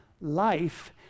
Life